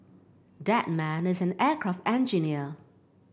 that man is an aircraft engineer